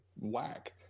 whack